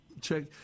check